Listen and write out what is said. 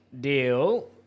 deal